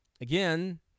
again